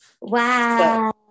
Wow